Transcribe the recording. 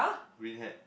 green hat